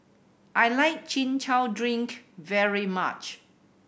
I like Chin Chow drink very much